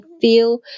feel